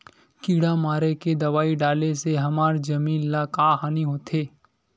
किड़ा मारे के दवाई डाले से हमर जमीन ल का हानि होथे?